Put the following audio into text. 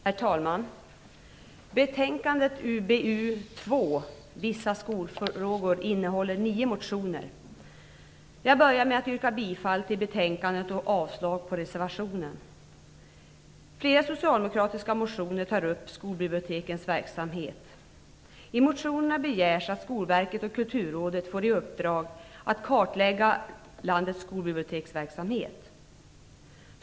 Herr talman! Betänkande UbU2, Vissa skolfrågor, innehåller nio motioner. Jag börjar med att yrka bifall till utskottets hemställan och avslag på reservationen. Flera socialdemokratiska motioner tar upp skolbibliotekens verksamhet. I motionerna begärs att Skolverket och Kulturrådet får i uppdrag att kartlägga landets skolbiblioteksverksamhet.